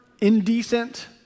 indecent